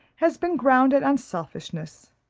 has been grounded on selfishness.